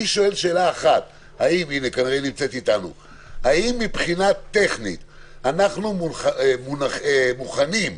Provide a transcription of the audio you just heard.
האם מבחינה טכנית אנחנו מוכנים,